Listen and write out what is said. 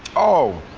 oh,